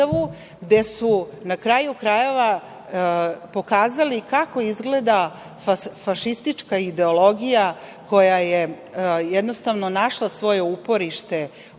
gde su na kraju krajeva pokazali kako izgleda fašistička ideologija koja je jednostavno našla svoje uporište u